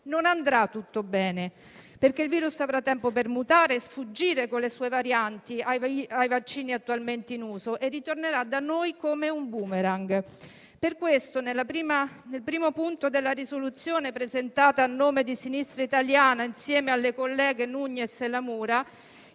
non andrà tutto bene perché il virus avrà tempo per mutare e sfuggire con le sue varianti ai vaccini attualmente in uso e ritornerà da noi come un *boomerang*. Per questo, nel primo punto della proposta di risoluzione presentata a nome di Sinistra Italiana insieme alle colleghe Nugnes e La Mura,